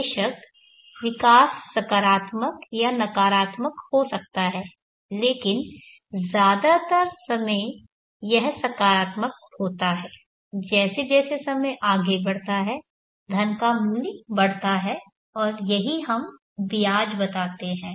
बेशक विकास सकारात्मक या नकारात्मक हो सकता है लेकिन ज्यादातर समय यह सकारात्मक होता है जैसे जैसे समय आगे बढ़ता है धन का मूल्य बढ़ता है और यही हम ब्याज बताते हैं